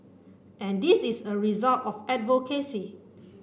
and this is a result of advocacy